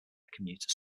commuter